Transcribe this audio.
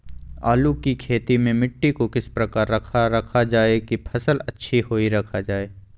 आलू की खेती में मिट्टी को किस प्रकार रखा रखा जाए की फसल अच्छी होई रखा जाए?